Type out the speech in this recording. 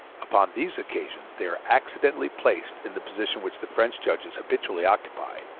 upon these occasions they are accidentally placed in the position which the french judges habitually occupy,